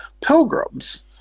pilgrims